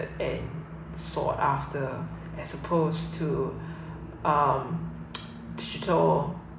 and sought after and suppose to um digital